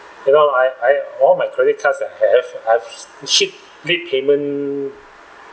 you know I I all my credit cards I have I've actually made payment